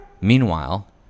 Meanwhile